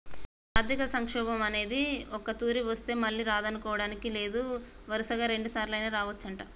ఆర్థిక సంక్షోభం అనేది ఒక్కతూరి వస్తే మళ్ళీ రాదనుకోడానికి లేదు వరుసగా రెండుసార్లైనా రావచ్చంట